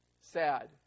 sad